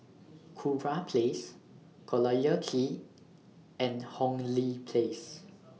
Kurau Place Collyer Quay and Hong Lee Place